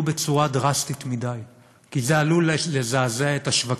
בצורה דרסטית מדי כי זה עלול לזעזע את השווקים,